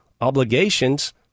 obligations